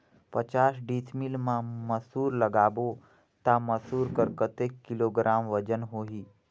पचास डिसमिल मा मसुर लगाबो ता मसुर कर कतेक किलोग्राम वजन होही?